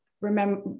Remember